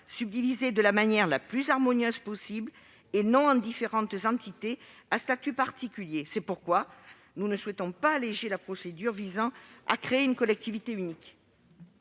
subdivisé de la manière la plus harmonieuse possible, et non en différentes entités à statut particulier. C'est pourquoi nous ne souhaitons pas alléger la procédure visant à créer une collectivité unique.